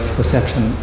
perception